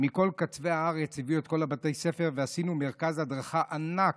מכל קצווי הארץ הביאו את כל בתי הספר ועשינו מרכז הדרכה ענק,